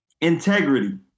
integrity